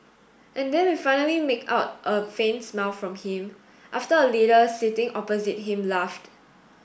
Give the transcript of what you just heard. and then we finally make out a faint smile from him after a leader sitting opposite him laughed